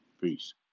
peace